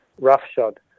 roughshod